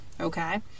Okay